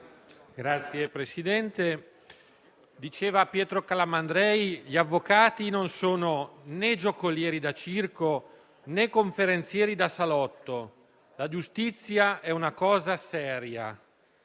Signor Presidente, Piero Calamandrei diceva che gli avvocati non sono né giocolieri da circo né conferenzieri da salotto. La giustizia è una cosa seria.